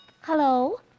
Hello